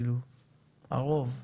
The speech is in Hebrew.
הרוב,